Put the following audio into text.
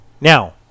Now